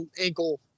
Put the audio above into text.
ankle